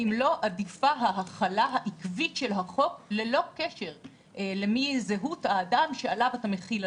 האם לא עדיפה ההחלה העקבית של החוק ללא קשר לזהות האדם עליו אתה מחיל.